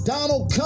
Donald